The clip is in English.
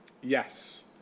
Yes